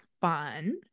fun